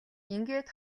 ингээд